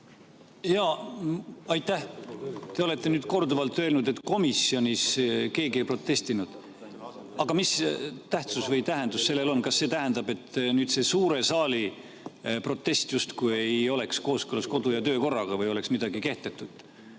Aitäh! Te olete nüüd korduvalt öelnud, et komisjonis keegi ei protestinud. Aga mis tähtsus või tähendus sellel on? Kas see tähendab, et nüüd see suure saali protest justkui ei oleks kooskõlas kodu- ja töökorraga või oleks midagi kehtetut?